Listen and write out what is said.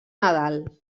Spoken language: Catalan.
nadal